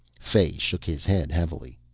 fay shook his head heavily.